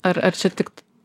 ar ar čia tikt